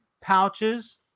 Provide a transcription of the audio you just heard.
pouches